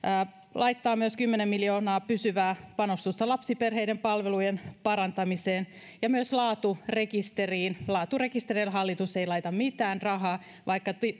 laittaa myös kymmenen miljoonaa pysyvää panostusta lapsiperheiden palvelujen parantamiseen ja myös laaturekisteriin laaturekisterille hallitus ei laita mitään rahaa vaikka